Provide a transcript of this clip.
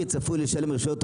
החוק לקריאה שנייה ושלישית.